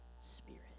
spirit